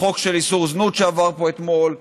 החוק של איסור זנות, שעבר פה אתמול.